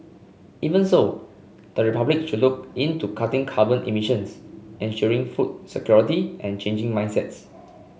even so the republic should look into cutting carbon emissions ensuring food security and changing mindsets